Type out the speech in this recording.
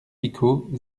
picaud